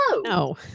No